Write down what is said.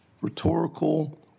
rhetorical